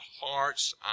hearts